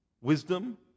wisdom